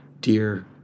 Dear